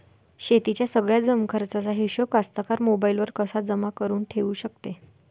शेतीच्या सगळ्या जमाखर्चाचा हिशोब कास्तकार मोबाईलवर कसा जमा करुन ठेऊ शकते?